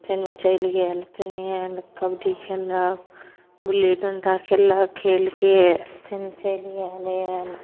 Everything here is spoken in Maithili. फेनू चलि गेल फेनी आयल कबड्डी खेललक गुल्ली डंटा खेललक खेलके फेर चलि गेल आयल